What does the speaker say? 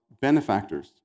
benefactors